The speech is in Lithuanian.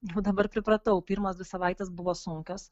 jau dabar pripratau pirmos dvi savaitės buvo sunkios